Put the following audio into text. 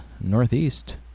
northeast